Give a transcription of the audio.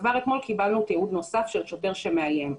כבר אתמול קיבלנו תיעוד נוסף של שוטר שמאיים.